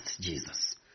Jesus